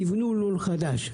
תבנו לול חדש.